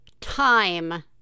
time